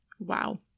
Wow